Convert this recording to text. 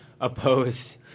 opposed